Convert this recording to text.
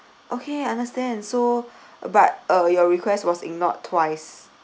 okay understand so but uh your request was ignored twice